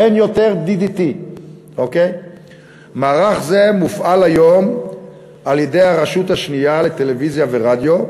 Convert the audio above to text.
אין יותר DDT. מערך זה מופעל היום על-ידי הרשות השנייה לטלוויזיה ורדיו,